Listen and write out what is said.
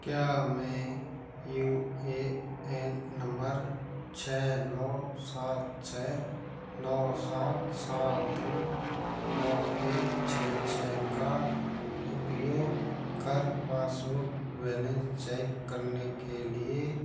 क्या हमें U A N number छ नौ सात छ नौ सात सात दो नौ एक छ छ का उपयोग कर पासबुक बैलेंस चैक करने के लिए